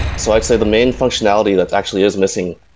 so i'd say the main functionality that actually is missing,